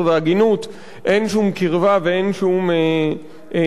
והגינות אין שום קרבה ואין שום דמיון,